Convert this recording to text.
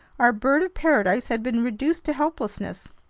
our bird of paradise had been reduced to helplessness.